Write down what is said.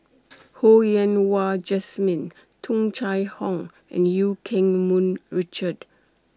Ho Yen Wah Jesmine Tung Chye Hong and EU Keng Mun Richard